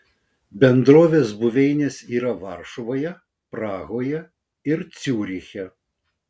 bendrovės buveinės yra varšuvoje prahoje ir ciuriche